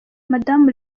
madamu